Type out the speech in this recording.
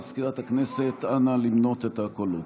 מזכירת הכנסת, אנא, למנות את הקולות.